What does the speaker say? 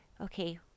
okay